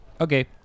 Okay